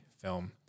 film